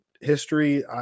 history